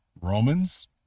Romans